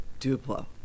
Duplo